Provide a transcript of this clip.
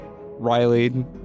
Riley